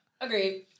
Agreed